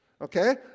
Okay